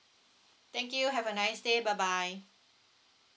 thank you have a nice day bye bye